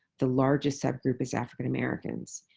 the largest subgroup is african-americans.